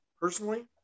personally